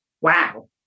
Wow